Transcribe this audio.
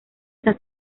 está